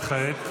וכעת?